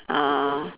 uh